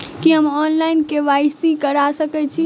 की हम online, KYC करा सकैत छी?